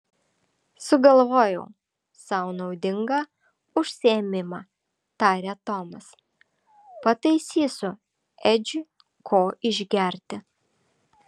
sugalvojau sau naudingą užsiėmimą tarė tomas pataisysiu edžiui ko išgerti